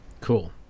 Cool